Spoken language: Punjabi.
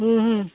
ਹਮ ਹਮ